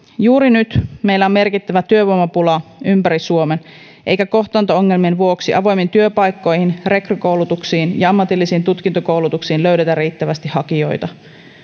juuri nyt meillä on merkittävä työvoimapula ympäri suomen eikä kohtaanto ongelmien vuoksi avoimiin työpaikkoihin rekrykoulutuksiin ja ammatillisiin tutkintokoulutuksiin löydetä riittävästi hakijoita